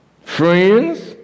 Friends